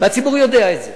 והציבור יודע את זה.